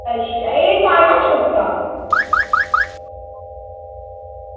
अच्छा एह् साढ़ा शोका